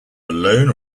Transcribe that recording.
alone